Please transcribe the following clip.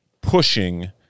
pushing